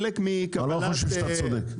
אני לא חושב שאתה צודק.